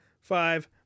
Five